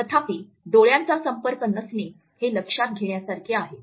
तथापि डोळ्यांचा संपर्क नसणे हे लक्षात घेण्यासारखे आहे